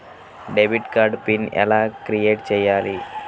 Debit card PIN ఎలా create చెయ్యాలి?